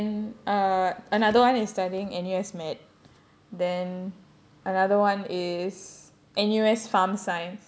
then err another one is studying N_U_S medicine then another one is N_U_S pharmaceutical science